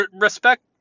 respect